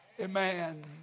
Amen